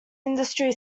industry